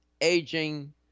aging